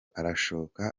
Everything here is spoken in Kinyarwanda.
arasohoka